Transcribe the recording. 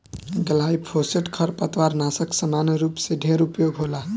glyphosate खरपतवारनाशक सामान्य रूप से ढेर उपयोग होला